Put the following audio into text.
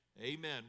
Amen